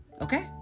okay